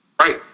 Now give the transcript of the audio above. Right